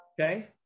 Okay